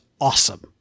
awesome